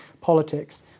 politics